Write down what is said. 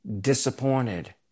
disappointed